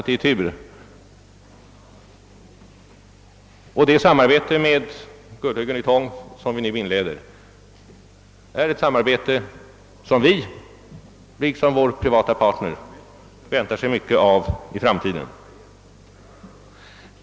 Det samarbete med Gullhögen-Ytong som vi nu inleder är ett samarbete som vi — liksom vår privata partner — väntar mycket av i framtiden.